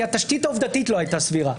כי התשתית העובדתית לא הייתה סבירה,